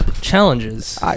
challenges